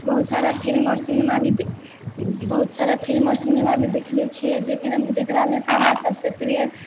बहुत सारा फिल्म आओर सिनेमा भी बहुत सारा फिल्म आओर सिनेमा भी देखने छिऐ जे जेकरामे से हमरा सबसँ प्रिय